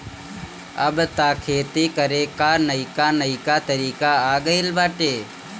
अब तअ खेती करे कअ नईका नईका तरीका आ गइल बाटे